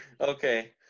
Okay